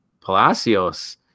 Palacios